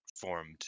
formed